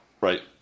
Right